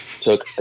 Took